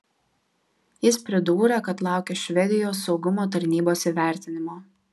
jis pridūrė kad laukia švedijos saugumo tarnybos įvertinimo